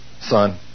son